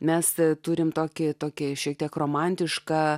mes turime tokį tokia šiek tiek romantišką